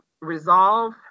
resolve